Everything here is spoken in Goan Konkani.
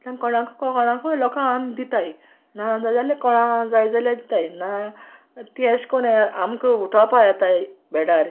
तेंक कोणाकू कोणाकूय लोकां व्होन दिताय ना जाल्यार कोणा जाय जाल्यार दिताय ना तीं अेश कोन्न आमकां उठावपा येताय बेडार